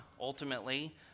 ultimately